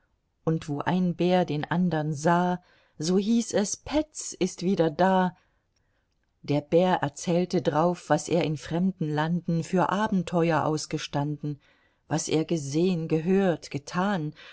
und wo ein bär den andern sah so hieß es petz ist wieder da der bär erzählte drauf was er in fremden landen für abenteuer ausgestanden was er gesehn gehört getan